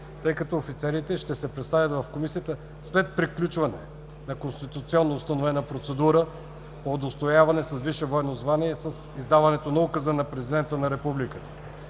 тъй като офицерите ще се представят в комисията след приключване на конституционно установената процедура по удостояване с висше военно звание с издаването на Указа на президента на Републиката.